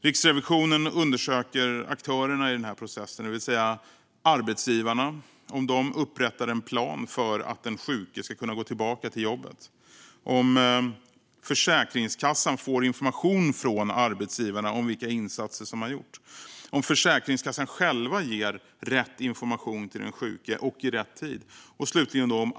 Riksrevisionen undersöker aktörerna i den här processen, det vill säga: Arbetsgivarna - upprättar de en plan för att den sjuke ska kunna gå tillbaka till jobbet? Försäkringskassan - får den information från arbetsgivarna om vilka insatser som har gjorts? Ger Försäkringskassan själv rätt information till den sjuke, i rätt tid?